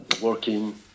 working